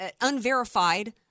unverified